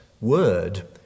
word